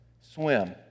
Swim